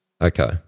Okay